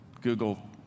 Google